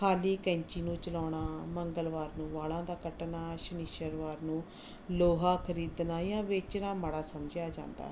ਖਾਲੀ ਕੈਂਚੀ ਨੂੰ ਚਲਾਉਣਾ ਮੰਗਲਵਾਰ ਨੂੰ ਵਾਲਾਂ ਦਾ ਕੱਟਣਾ ਸ਼ਨੀਚਰਵਾਰ ਨੂੰ ਲੋਹਾ ਖਰੀਦਣਾ ਜਾਂ ਵੇਚਣਾ ਮਾੜਾ ਸਮਝਿਆ ਜਾਂਦਾ ਹੈ